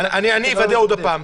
אני אוודא עוד הפעם.